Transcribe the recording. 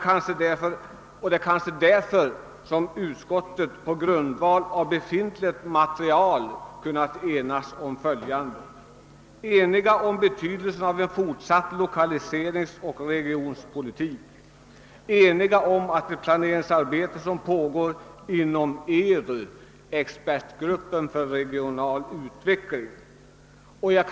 Det är kanske på grundval av det befintliga materialet som utskottet kunnat enas om betydelsen av en fortsatt lokaliseringsoch regionpolitik och om det planeringsarbete som pågår inom ERU — expertgruppen för regional utredningsverksamhet.